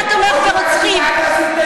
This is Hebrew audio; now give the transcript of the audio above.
אתה נסעת